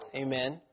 Amen